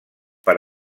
per